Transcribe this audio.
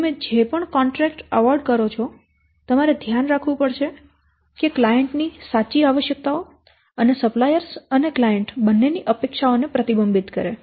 તેથી તમે જે પણ કોન્ટ્રેક્ટ એવોર્ડ કરો છો તમારે ધ્યાન રાખવું પડે કે તે ક્લાયંટ ની સાચી આવશ્યકતાઓ અને સપ્લાયર્સ અને ગ્રાહકો બંનેની અપેક્ષાઓને પ્રતિબિંબિત કરે